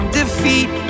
defeat